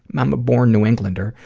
i'm a born new englander.